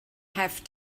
have